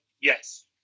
yes